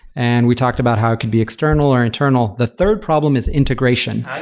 and we talked about how it could be external or internal. the third problem is integration.